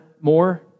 more